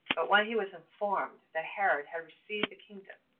but when he was informed that herod had received the kingdom,